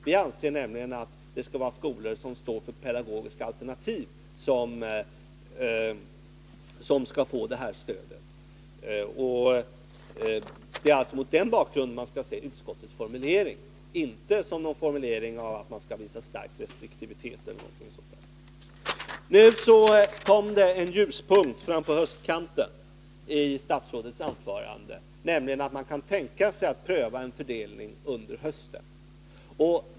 Vi anser nämligen att det är skolor som står för pedagogiska alternativ som skall få det här stödet. Det är alltså mot den bakgrunden man skall se utskottets formulering, inte som syftande till att man skall visa stark restriktivitet eller något sådant. Nu framkom det en ljuspunkt i statsrådets anförande, nämligen att han kan tänka sig att pröva en fördelning under hösten.